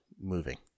moving